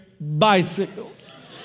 bicycles